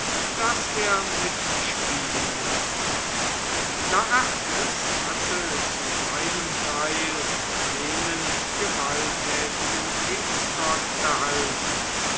daß er mitspielen müsse laertes hatte zu seinem teil jenen gewalttätigen kriegsgott erhalten